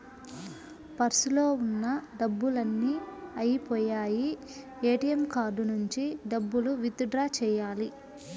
పర్సులో ఉన్న డబ్బులన్నీ అయ్యిపొయ్యాయి, ఏటీఎం కార్డు నుంచి డబ్బులు విత్ డ్రా చెయ్యాలి